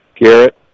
Garrett